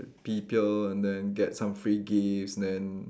people and then get some free gifts then